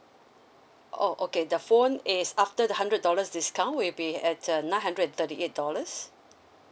oh okay the phone is after the hundred dollars discount will be at uh nine hundred and thirty eight dollars